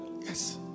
Yes